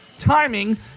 timing